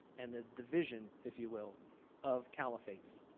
and the division if you will of caliphates.